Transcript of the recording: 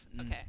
Okay